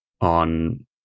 on